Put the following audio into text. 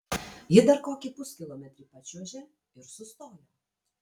ji dar kokį puskilometrį pačiuožė ir sustojo